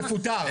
היא תפוטר.